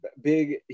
big